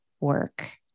work